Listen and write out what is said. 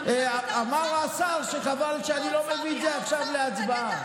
אמר השר שחבל שאני לא מביא את זה עכשיו להצבעה,